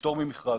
לפטור ממכרז.